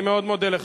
אני מאוד מודה לך,